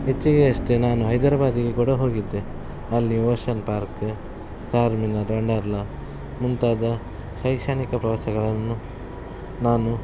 ಇಚ್ಚಿಗೆ ಅಷ್ಟೇ ನಾನು ಹೈದರಾಬಾದಿಗೆ ಕೂಡ ಹೋಗಿದ್ದೆ ಅಲ್ಲಿ ಓಷನ್ ಪಾರ್ಕ ಚಾರ್ಮಿನಾರ್ ವಂಡರ್ಲಾ ಮುಂತಾದ ಶೈಕ್ಷಣಿಕ ಪ್ರವಾಸಗಳನ್ನು ನಾನು